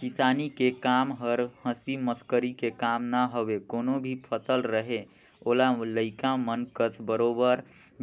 किसानी के कम हर हंसी मसकरी के काम न हवे कोनो भी फसल रहें ओला लइका मन कस बरोबर